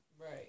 Right